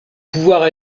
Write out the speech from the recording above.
pouvoir